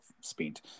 spent